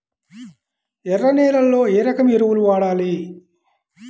ఎర్ర నేలలో ఏ రకం ఎరువులు వాడాలి?